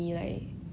你再来养一个